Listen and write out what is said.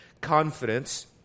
confidence